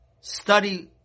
Study